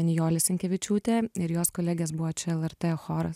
nijolė sinkevičiūtė ir jos kolegės buvo čia lrt choras